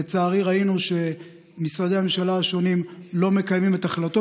לצערי ראינו שמשרדי הממשלה השונים לא מקיימים את החלטות